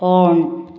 on